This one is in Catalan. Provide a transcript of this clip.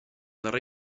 darrer